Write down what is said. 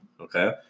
okay